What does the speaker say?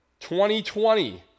2020